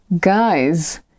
guys